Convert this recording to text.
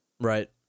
right